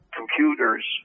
computers